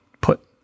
put